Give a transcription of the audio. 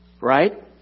Right